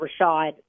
Rashad